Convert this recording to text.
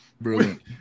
brilliant